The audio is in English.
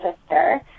sister